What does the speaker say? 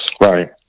Right